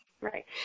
Right